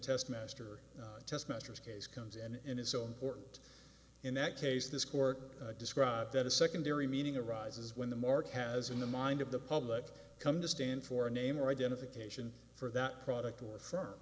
test master test measures case comes and is so important in that case this court described as a secondary meaning arises when the mark has in the mind of the public come to stand for a name or identification for that product or